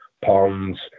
ponds